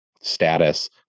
status